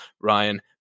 Ryan